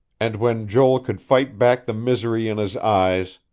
and when joel could fight back the misery in his eyes,